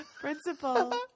Principal